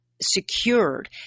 secured